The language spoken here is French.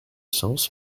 sens